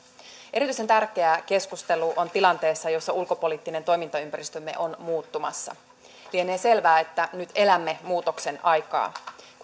erityisen tärkeää keskustelu on tilanteessa jossa ulkopoliittinen toimintaympäristömme on muuttumassa lienee selvää että nyt elämme muutoksen aikaa